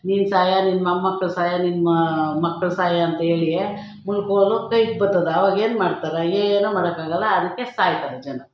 ನೀನು ಸಾಯ ನಿನ್ನ ಮೊಮ್ಮಕ್ಳು ಸಾಯ ನಿಮ್ಮ ಮಕ್ಳು ಸಾಯ ಅಂತ ಹೇಳಿ ಕೈಗೆ ಬರ್ತದೆ ಆವಾಗೇನು ಮಾಡ್ತಾರೆ ಏನು ಮಾಡೋಕ್ಕಾಗಲ್ಲ ಅದಕ್ಕೆ ಸಾಯ್ತಾರೆ ಜನ